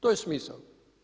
To je smisao.